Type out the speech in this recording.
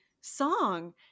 song